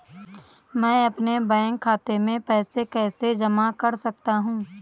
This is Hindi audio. मैं अपने बैंक खाते में पैसे कैसे जमा कर सकता हूँ?